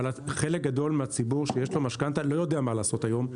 אבל חלק גדול מהציבור שיש לו משכנתה לא יודע מה לעשות היום.